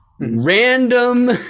random